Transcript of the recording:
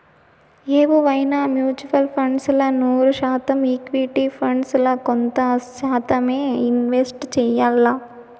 ఎవువైనా mutual funds ల నూరు శాతం ఈక్విటీ ఫండ్స్ ల కొంత శాతమ్మే ఇన్వెస్ట్ చెయ్యాల్ల